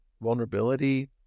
vulnerability